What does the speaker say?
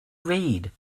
read